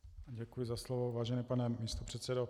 Děkuji za slovo, vážený pane místopředsedo.